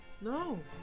No